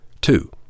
Two